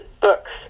books